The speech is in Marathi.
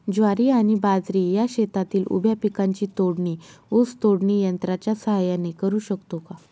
ज्वारी आणि बाजरी या शेतातील उभ्या पिकांची तोडणी ऊस तोडणी यंत्राच्या सहाय्याने करु शकतो का?